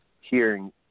hearing